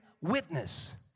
witness